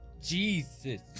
Jesus